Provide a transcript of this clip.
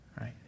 right